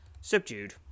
Subdued